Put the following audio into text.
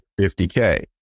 50K